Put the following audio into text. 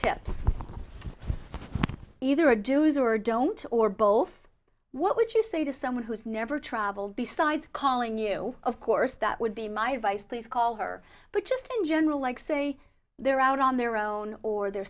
tips either a do it or don't or both what would you say to someone who's never traveled besides calling you of course that would be my advice please call her but just in general like say they're out on their own or they're